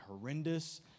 horrendous